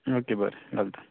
okay बरें घालता